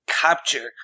capture